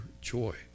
Joy